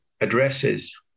addresses